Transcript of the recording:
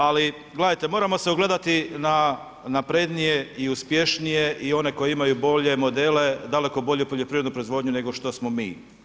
Ali gledajte moramo se ugledati na naprednije i uspješnije i one koji imaju bolje modele daleko bolju poljoprivrednu proizvodnju nego što smo mi.